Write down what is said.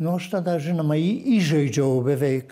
nu aš tada žinoma jį įžeidžiau beveik